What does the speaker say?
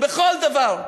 בכל דבר.